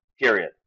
Period